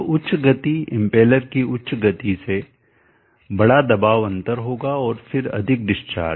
तो उच्च गति इम्पेलर कीउच्च गति से बड़ा दबाव अंतर होगा और फिर अधिक डिस्चार्ज